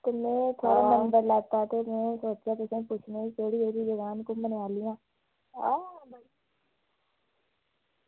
मंदर लैता ते में सोचेआ तुसेंगी पुच्छनी कि केह्ड़ी केह्ड़ी जगह न घूमने आह्लियां हां